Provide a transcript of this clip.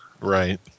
Right